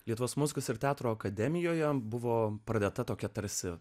lietuvos muzikos ir teatro akademijoje buvo pradėta tokia tarsi